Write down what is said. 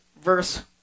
verse